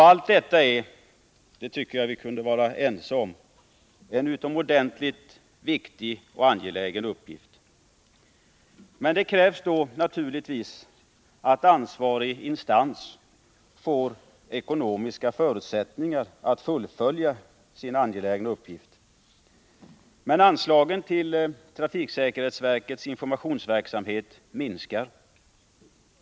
Allt detta är — det tycker jag att vi kunde vara ense om — utomordentligt angelägna uppgifter. Det krävs naturligtvis att ansvarig instans får ekonomiska förutsättningar att fullfölja sina angelägna uppgifter. Men anslaget till trafiksäkerhetsverkets informationsverksamhet minskar.